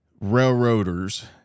railroaders